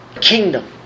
kingdom